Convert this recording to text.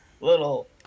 little